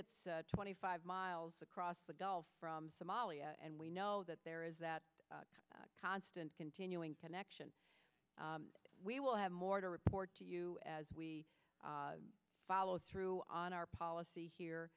sits twenty five miles across the gulf from somalia and we know that there is that constant continuing connection we will have more to report to you as we follow through on our policy here